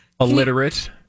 illiterate